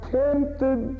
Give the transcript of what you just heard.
tempted